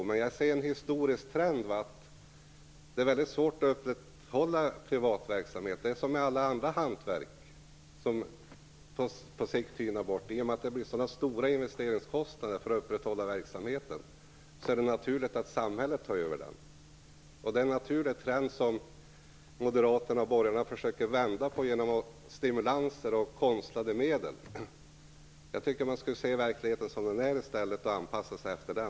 Men jag ser en historisk trend. Det är svårt att upprätthålla privat verksamhet. Det är som med alla andra hantverk, som på sikt tynar bort. I och med de stora investeringskostnaderna för att upprätthålla verksamheten är det naturligt att samhället tar över. Det är en naturlig trend som moderaterna, borgarna, försöker vända genom stimulanser och konstlade medel. Jag tycker att man borde se verkligheten som den är och anpassa sig efter den.